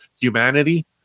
humanity